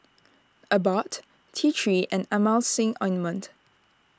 Abbott T three and Emulsying Ointment